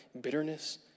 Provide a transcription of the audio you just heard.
bitterness